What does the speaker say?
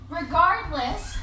regardless